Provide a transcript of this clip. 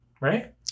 Right